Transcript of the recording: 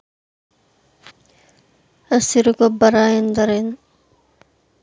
ಹಸಿರು ಗೊಬ್ಬರ ಎಂದರೇನು?